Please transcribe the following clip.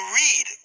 read